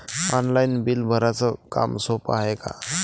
Online bill भराच काम सोपं हाय का?